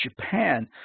Japan